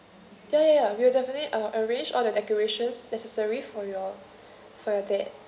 ya ya ya we'll definitely uh arrange all the decorations necessary for your for your dad